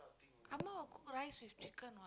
will cook rice with chicken what